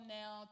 now